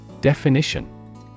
Definition